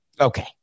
Okay